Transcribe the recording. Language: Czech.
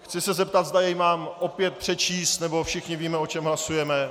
Chci se zeptat, zdali jej mám opět přečíst, nebo všichni víme, o čem hlasujeme?